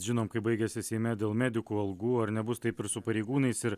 žinom kaip baigėsi seime dėl medikų algų ar nebus taip ir su pareigūnais ir